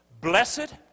Blessed